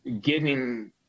giving